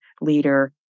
leader